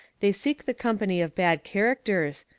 they seek the company of bad characters,